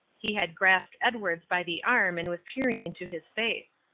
he had grasped edwards by the arm and was peering into his face.